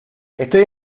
estoy